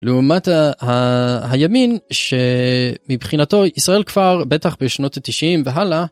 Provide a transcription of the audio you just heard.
לעומת הימין שמבחינתו ישראל כבר בטח בשנות התשעים והלאה.